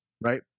right